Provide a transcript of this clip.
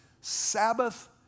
Sabbath